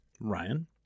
ryan